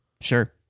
Sure